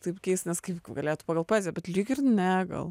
taip keista nes kaip galėtų pagal poeziją bet lyg ir ne gal